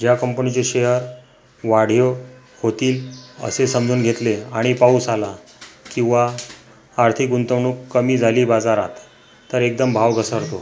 ज्या कंपनीचे शेयर वाढीव होतील असे समजून घेतले आणि पाऊस आला किंवा आर्थिक गुंतवणूक कमी झाली बाजारात तर एकदम भाव घसरतो